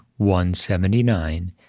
179